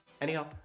anyhow